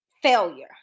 Failure